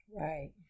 Right